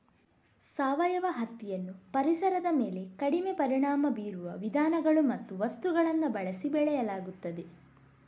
ಸಾವಯವ ಹತ್ತಿಯನ್ನು ಪರಿಸರದ ಮೇಲೆ ಕಡಿಮೆ ಪರಿಣಾಮ ಬೀರುವ ವಿಧಾನಗಳು ಮತ್ತು ವಸ್ತುಗಳನ್ನು ಬಳಸಿ ಬೆಳೆಯಲಾಗುತ್ತದೆ